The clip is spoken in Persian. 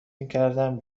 میکردم